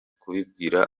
kubibwira